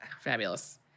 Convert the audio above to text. Fabulous